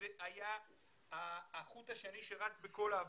זה היה החוט השני שרץ בכל ההפגנות.